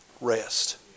rest